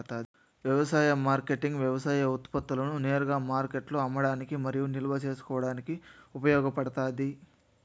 వ్యవసాయ మార్కెటింగ్ వ్యవసాయ ఉత్పత్తులను నేరుగా మార్కెట్లో అమ్మడానికి మరియు నిల్వ చేసుకోవడానికి ఉపయోగపడుతాది